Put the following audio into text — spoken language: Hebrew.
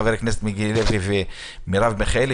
חברי הכנסת מרב מיכאלי ומיקי לוי,